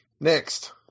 Next